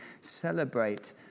celebrate